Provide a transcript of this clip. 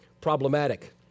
problematic